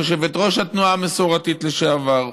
יושבת-ראש התנועה המסורתית לשעבר,